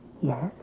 Yes